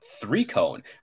three-cone